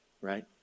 right